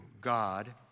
God